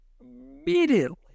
Immediately